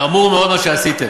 חמור מאוד מה שעשיתם.